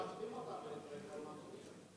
אבל אתה משלים אותה בעיקרון השני שלך.